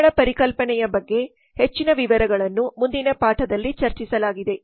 ಸೇವೆಗಳ ಪರಿಕಲ್ಪನೆಯ ಬಗ್ಗೆ ಹೆಚ್ಚಿನ ವಿವರಗಳನ್ನು ಮುಂದಿನ ಪಾಠದಲ್ಲಿ ಚರ್ಚಿಸಲಾಗಿದೆ